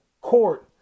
court